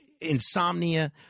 insomnia